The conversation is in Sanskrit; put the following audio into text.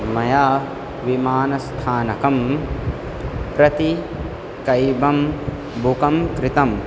मया विमानस्थानकं प्रति कैबं बुकं कृतम्